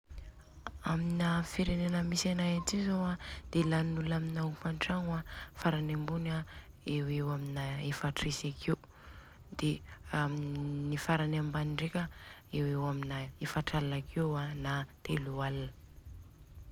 Amin'ny firenena misy anay aty zô an de lanin'olona amina ofan-tragno an farany ambony eo ho eo amina efatra etsy akeo, de amin'ny farany ambany ndreka an de eo ho eo amin'ny efatraligna akeo n'a teloaligna.